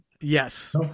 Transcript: Yes